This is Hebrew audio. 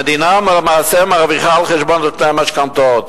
המדינה למעשה מרוויחה על חשבון נוטלי המשכנתאות,